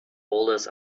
boulders